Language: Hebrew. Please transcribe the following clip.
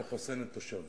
לחסן את תושביה.